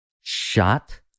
shot